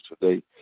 today